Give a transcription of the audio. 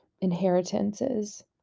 inheritances